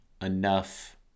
enough